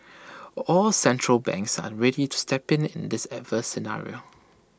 all central banks are ready to step in in this adverse scenario